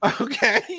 Okay